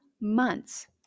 months